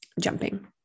jumping